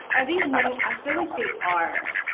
are these new? i feel like they are.